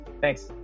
Thanks